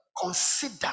Consider